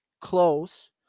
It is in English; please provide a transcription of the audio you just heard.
Close